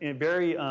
and very,